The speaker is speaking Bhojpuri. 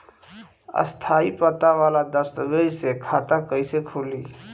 स्थायी पता वाला दस्तावेज़ से खाता कैसे खुली?